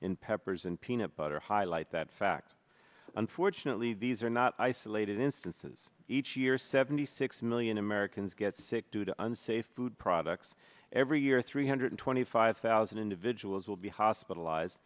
in peppers and peanut butter highlight that fact unfortunately these are not isolated instances each year seventy six million americans get sick due to unsay food products every year three hundred twenty five thousand individuals will be hospitalized